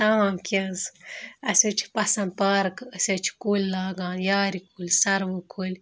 تَمام کینٛہہ حظ اَسہِ حظ چھِ پَسنٛد پارکہٕ أسۍ حظ چھِ کُلۍ لاگان یارِ کُلۍ سَروٕ کُلۍ